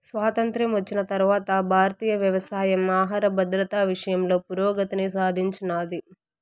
స్వాతంత్ర్యం వచ్చిన తరవాత భారతీయ వ్యవసాయం ఆహర భద్రత విషయంలో పురోగతిని సాధించినాది